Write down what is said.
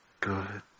good